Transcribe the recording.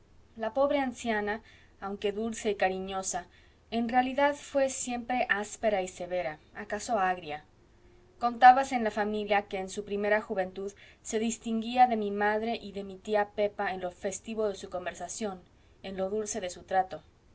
la pobre anciana aunque dulce y cariñosa en realidad fué siempre áspera y severa acaso agria contábase en la familia que en su primera juventud se distinguía de mi madre y de mi tía pepa en lo festivo de su conversación en lo dulce de su trato